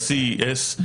ה-CES,